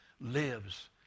lives